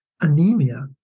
Anemia